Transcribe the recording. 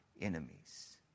enemies